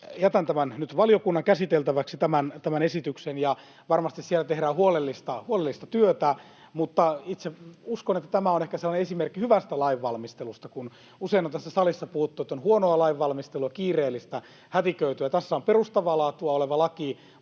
Jätän nyt valiokunnan käsiteltäväksi tämän esityksen, ja varmasti siellä tehdään huolellista työtä. Itse uskon, että tämä on ehkä esimerkki sellaisesta hyvästä lainvalmistelusta. Kun usein on tässä salissa puhuttu, että on huonoa lainvalmistelua, kiireellistä, hätiköityä, niin tässä on perustavaa laatua oleva laki,